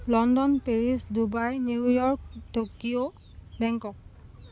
London Paris Dubai New York Tokyo Bangkok